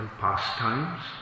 pastimes